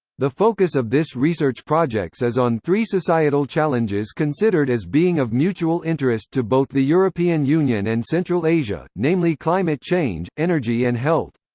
the focus of this research projects is on three societal challenges considered as being of mutual interest to both the european union and central asia, namely climate change, energy and health.